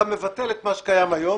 אתה מבטל את מה שקיים היום,